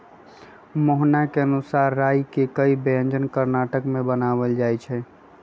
मोहना के अनुसार राई के कई व्यंजन कर्नाटक में बनावल जाहई